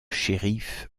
shérif